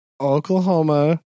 Oklahoma